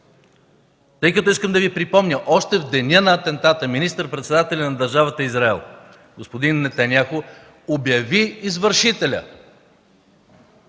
намери. Искам да Ви припомня, че още в деня на атентата министър-председателят на държавата Израел господин Нетаняху обяви извършителя.